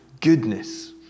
goodness